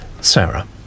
Sarah